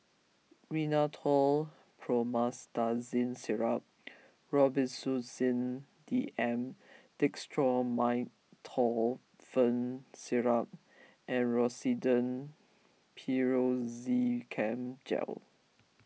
Rhinathiol Promethazine Syrup Robitussin D M Dextromethorphan Syrup and Rosiden Piroxicam Gel